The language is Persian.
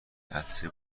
عطسه